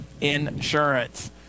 Insurance